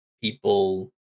people